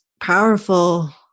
powerful